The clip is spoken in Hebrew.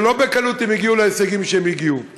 שלא בקלות הגיעו להישגים שהגיעו אליהם.